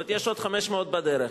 ויש עוד 500 בדרך,